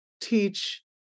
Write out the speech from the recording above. teach